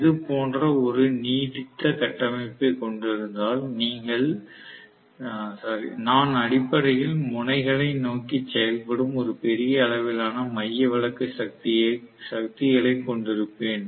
இது போன்ற ஒரு நீடித்த கட்டமைப்பைக் கொண்டிருந்தால் நான் அடிப்படையில் முனைகளை நோக்கி செயல்படும் ஒரு பெரிய அளவிலான மையவிலக்கு சக்திகளை கொண்டிருப்பேன்